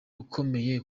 ukomeye